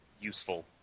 useful